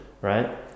right